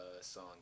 song